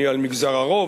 אני מגזר הרוב,